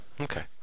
Okay